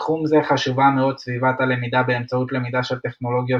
בתחום זה חשובה מאוד סביבת הלמידה באמצעות למידה של טכנולוגיות